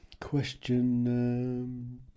question